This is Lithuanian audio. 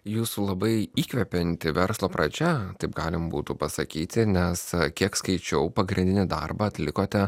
jūsų labai įkvepianti verslo pradžia taip galim būtų pasakyti nes kiek skaičiau pagrindinį darbą atlikote